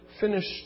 finished